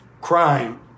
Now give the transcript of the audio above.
crime